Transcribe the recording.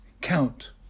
count